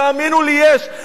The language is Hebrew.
תאמינו לי, יש.